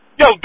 yo